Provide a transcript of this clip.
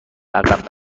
عقب